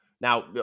Now